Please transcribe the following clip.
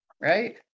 right